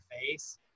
face